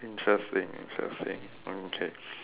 interesting interesting okay